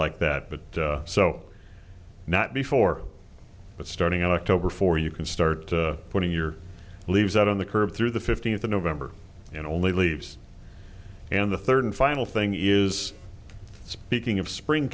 like that but so not before but starting october for you can start putting your leaves out on the curb through the fifteenth of november and only leaves and the third and final thing is speaking of spring